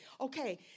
Okay